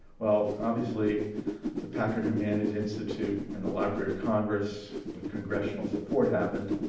well, obviously the packard humanities institute and the library of congress with congressional support happened.